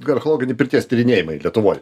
garchloginiai pirties tyrinėjimai lietuvoj